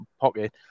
pocket